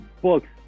books